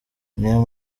niyo